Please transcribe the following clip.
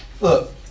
Look